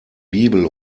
bibel